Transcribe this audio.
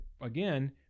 Again